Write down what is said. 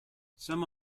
some